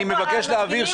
אני מבקש להבהיר,